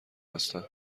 هستند